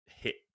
hit